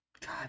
God